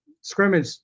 scrimmage